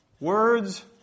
words